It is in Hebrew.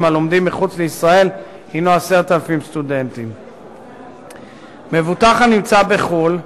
הלומדים מחוץ לישראל הוא 10,000. מבוטח הנמצא בחו"ל,